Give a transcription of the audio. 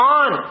on